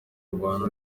bantu